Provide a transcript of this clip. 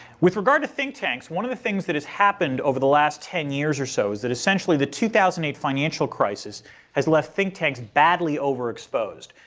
with regard to think tanks, one of the things that has happened over the last ten years or so is that essentially the two thousand and eight financial crisis has left think tanks badly overexposed.